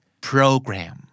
program